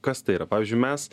kas tai yra pavyzdžiui mes